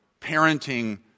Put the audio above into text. parenting